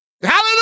Hallelujah